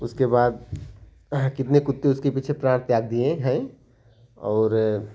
उसके बाद कितने कुत्ते उसके पीछे प्यार त्याग दिए हैं और